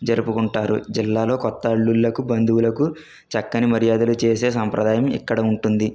జరుపుకుంటారు జిల్లాలో కొత్త అల్లుళ్ళకు బంధువులకు చక్కని మర్యాదలు చేసే సాంప్రదాయం ఇక్కడ ఉంటుంది